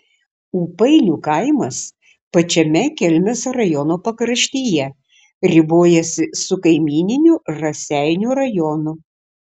ūpainių kaimas pačiame kelmės rajono pakraštyje ribojasi su kaimyniniu raseinių rajonu